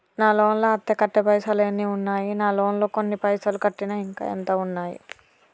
నా లోన్ లా అత్తే కట్టే పైసల్ ఎన్ని ఉన్నాయి నా లోన్ లా కొన్ని పైసల్ కట్టిన ఇంకా ఎంత ఉన్నాయి?